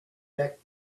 back